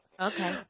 okay